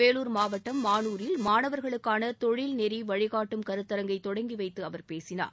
வேலூர் மாவட்டம் மானூரில் மாணவர்களுக்கான தொழில் நெறி வழிகாட்டும் கருத்தரங்கை தொடங்கி வைத்து அவர் பேசினார்